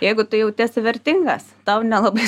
jeigu tu jautiesi vertingas tau nelabai